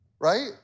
right